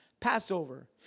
Passover